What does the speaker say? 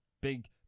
big